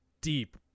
deep